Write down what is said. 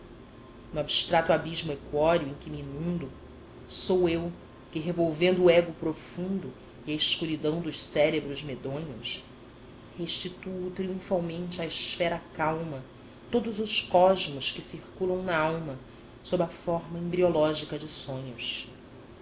no abstrato abismo equóreo em que me inundo sou eu que revolvendo o ego profundo e a escuridão dos cérebros medonhos restituo triunfalmente à esfera calma todos os cosmos que circulam na alma sob a forma embriológica de sonhos